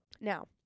now